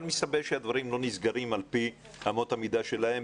אבל מסתבר שהדברים לא נסגרים על-פי אמות המידה שלהם.